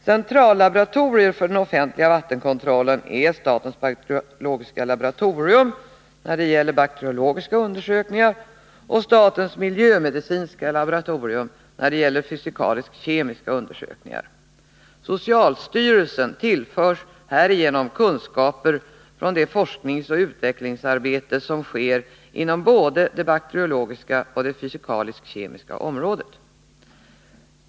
Centrallaboratorier för den offentliga vattenkontrollen är statens bakteriologiska laboratorium när det gäller bakteriologiska undersökningar och statens miljömedicinska laboratorium när det gäller fysikalisk-kemiska undersökningar. Socialstyrelsen tillförs härigenom kunskaper från det forskningsoch utvecklingsarbete som sker inom både det bakteriologiska och det fysikalisk-kemiska området.